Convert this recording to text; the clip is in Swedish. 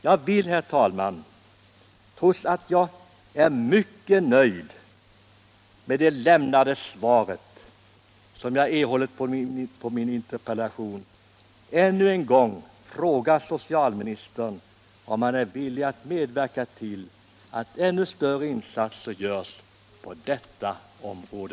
Jag vill, herr talman, trots att jag är mycket nöjd med det svar som jag har erhållit på min interpellation, ännu en gång fråga socialministern, om han är villig medverka till att större insatser görs på detta område.